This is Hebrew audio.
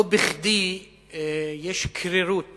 לא בכדי יש קרירות